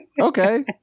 Okay